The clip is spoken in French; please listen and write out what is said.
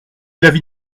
l’avis